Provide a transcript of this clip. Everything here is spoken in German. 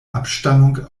abstammung